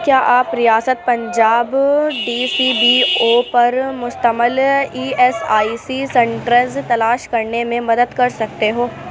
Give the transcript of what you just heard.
کیا آپ ریاست Punjab D C B O پر مشتمل E S I C centres تلاش کرنے میں مدد کر سکتے ہو